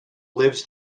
lives